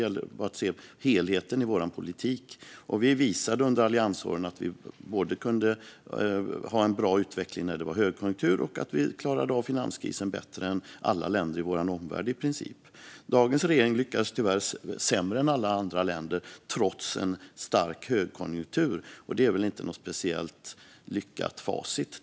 Man måste se helheten i vår politik. Vi visade under alliansåren att vi kunde ha en bra utveckling under högkonjunktur men också att vi klarade av finanskrisen bättre än i princip alla länder i vår omvärld. Dagens regering lyckas tyvärr sämre än alla andra länder trots en stark högkonjunktur, och det är väl inget lyckat facit.